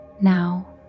Now